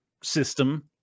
system